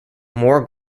more